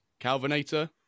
Calvinator